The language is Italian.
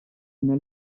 una